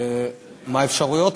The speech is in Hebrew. מה האפשרויות?